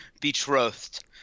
betrothed